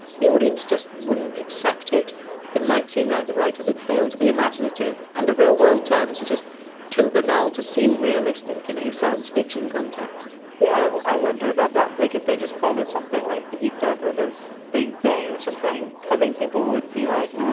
the audience just wouldn't accept it it might seem like the writers had failed to be imaginative, and the real terms are just too banal to seem realistic in a science fiction context yeah. i wonder about that. like if they just call it something like the heat death or the big bang or something, i think people would be like, ah.